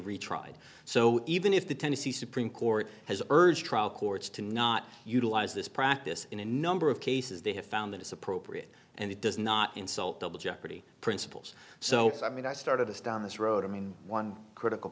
retried so even if the tennessee supreme court has urged trial courts to not utilize this practice in a number of cases they have found that it's appropriate and it does not insult double jeopardy principles so i mean i started this down this road i mean one critical